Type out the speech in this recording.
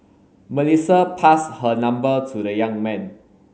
Melissa passed her number to the young man